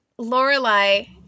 Lorelai